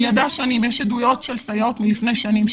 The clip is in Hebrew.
יש עדויות של סייעות מלפני שנים,